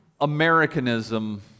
Americanism